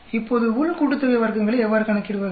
இப்போது உள் கூட்டுத்தொகை வர்க்கங்களை எவ்வாறு கணக்கிடுவது